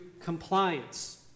compliance